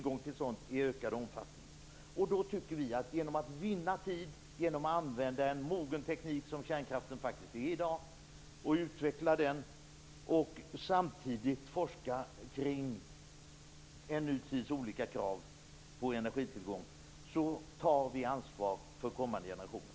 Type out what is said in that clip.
Genom att vinna tid, genom att använda en mogen teknik som kärnkraft och utveckla den, samtidigt som man forskar kring en ny tids olika krav på energitillgång, tar vi ansvar för kommande generationer.